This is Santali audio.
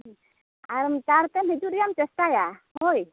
ᱟᱨ ᱪᱟᱸᱲᱛᱮ ᱦᱤᱡᱩᱜ ᱨᱮᱭᱟᱜ ᱮᱢ ᱪᱮᱥᱴᱟᱭᱟ ᱦᱳᱭ